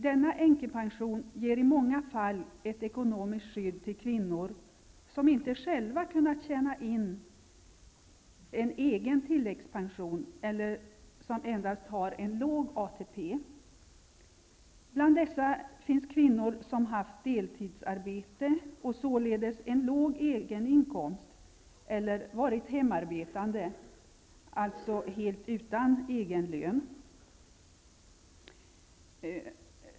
Denna änkepension ger i många fall ett ekonomiskt skydd till kvinnor som inte själva kunnat tjäna in en egen tilläggspension eller som har endast låg ATP. Bland dessa finns kvinnor som haft deltidsarbete och således en låg egen inkomst eller varit hemarbetande, alltså helt utan egen lön.